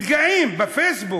מתגאים בפייסבוק.